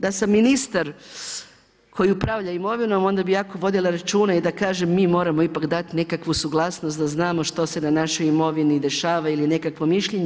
Da sam ministar koji upravlja imovinom onda bih jako vodila računa da kažem mi moramo ipak dati nekakvu suglasnost da znamo što se na našoj imovini dešava ili nekakvo mišljenje.